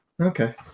Okay